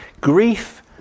Grief